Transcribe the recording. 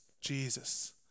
Jesus